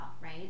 right